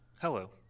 Hello